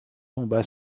tomba